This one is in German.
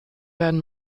werden